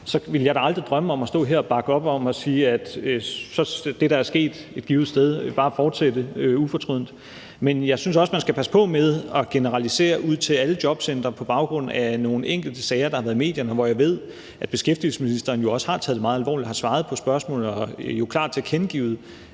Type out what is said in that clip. ville jeg da aldrig drømme om at stå her og bakke op om det ved at sige, at det, der er sket det givne sted, bare skal fortsætte ufortrødent. Men jeg synes også, man skal passe på med at generalisere i forhold til alle jobcentre på baggrund af nogle enkelte sager, der har været i medierne, som jeg ved at beskæftigelsesministeren jo også har taget meget alvorligt. Han har svaret på spørgsmål og har klart tilkendegivet,